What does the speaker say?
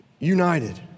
United